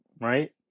Right